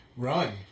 Run